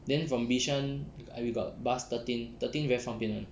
then from bishan I we got bus thirteen thirteen very 方便 [one]